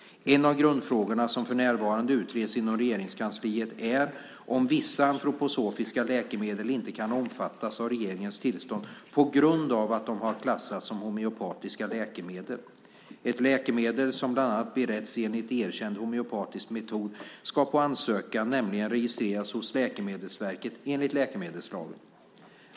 En av grundfrågorna som för närvarande utreds inom Regeringskansliet är om vissa antroposofiska medel inte kan omfattas av regeringens tillstånd på grund av att de klassas som homeopatiska läkemedel. Ett läkemedel som bland annat beretts enligt en erkänd homeopatisk metod ska på ansökan nämligen registreras hos Läkemedelsverket, enligt läkemedelslagen.